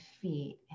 feet